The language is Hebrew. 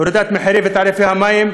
הורדת מחירי ותעריפי המים,